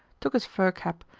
took his fur cap,